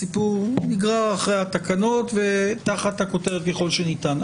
הסיפור נגרר אחרי התקנות ותחת הכותרת "ככל שניתן".